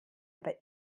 aber